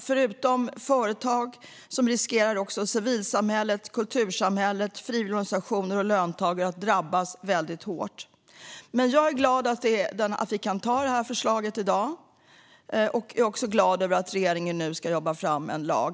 Förutom företag riskerar också civilsamhället, kultursamhället, frivilligorganisationer och löntagare att drabbas hårt. Jag är glad över att vi kan anta förslaget i dag. Jag är också glad över att regeringen nu ska jobba fram en lag.